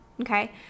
Okay